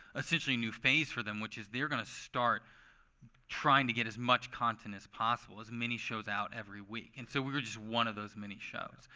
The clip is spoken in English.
essentially, new phase for them, which is they're going to start trying to get as much content as possible, as many shows out every week. and so we were just one of those many shows.